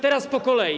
Teraz po kolei.